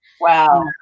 Wow